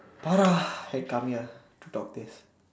are lah head come here to talk this